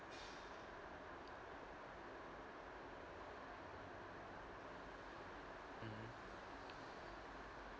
mmhmm